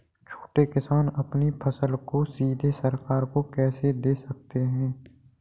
छोटे किसान अपनी फसल को सीधे सरकार को कैसे दे सकते हैं?